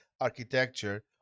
architecture